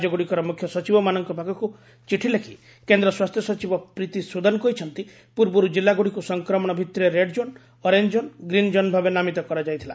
ରାଜ୍ୟଗୁଡ଼ିକର ମୁଖ୍ୟ ସଚିବମାନଙ୍କ ପାଖକୁ ଚିଠି ଲେଖି କେନ୍ଦ୍ର ସ୍ୱାସ୍ଥ୍ୟ ସଚିବ ପ୍ରୀତି ସୁଦନ କହିଛନ୍ତି ପୂର୍ବରୁ ଜିଲ୍ଲାଗୁଡ଼ିକୁ ସଂକ୍ରମଣ ଭିତ୍ତିରେ ରେଡ୍ଜୋନ୍ ଅରେଞ୍ଜ ଜୋନ୍ ଓ ଗ୍ରୀନ୍ ଜୋନ୍ ଭାବେ ନାମିତ କରାଯାଇଥିଲା